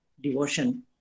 devotion